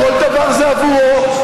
כל דבר זה עבורו,